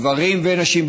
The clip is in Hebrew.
גברים ונשים,